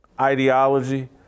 ideology